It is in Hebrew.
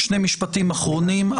שני משפטים אחרונים.